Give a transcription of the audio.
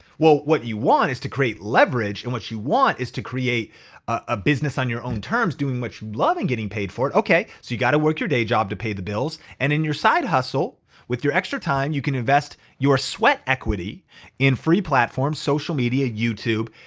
well, what you want is to create leverage and what you want is to create a business on your own terms, doing what you love and getting paid for it. okay, so you gotta work your day job to pay the bills and in your side hustle with your extra time, you can invest your sweat equity in free platforms, social media, youtube,